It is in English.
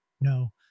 No